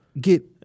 get